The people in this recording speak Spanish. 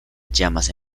llamas